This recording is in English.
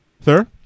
Sir